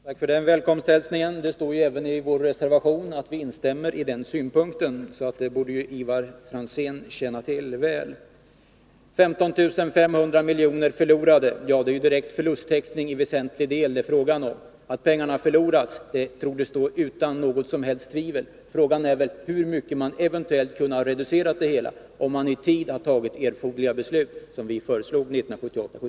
Fru talman! Tack för välkomsthälsningen! Det står även i vår reservation att vi instämmer i den synpunkten, så det borde Ivar Franzén känna till väl. 15 500 miljoner förlorade — ja, det är ju direkt förlust det till väsentlig del är fråga om. Att pengarna förlorats torde stå utom något som helst tvivel. Frågan är väl hur mycket man eventuellt hade kunnat reducera förlusten, om man i tid hade tagit erforderliga beslut, som vi föreslog 1978/79.